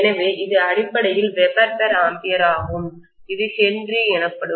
எனவே இது அடிப்படையில் வெபர்ஆம்பியர் ஆகும் இது ஹென்றி எனப்படும்